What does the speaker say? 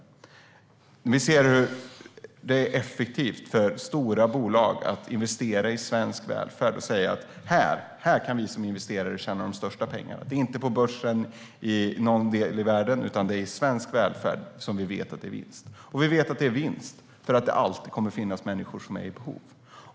Vi ser att det är effektivt för stora bolag att investera i svensk välfärd och säga: Här kan vi som investerare tjäna de största pengarna. Det är inte på börsen i någon del av världen, utan det är i svensk välfärd som vi vet att det är vinst. Vi vet att det är vinst för att det alltid kommer att finnas människor som är i behov.